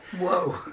Whoa